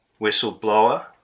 whistleblower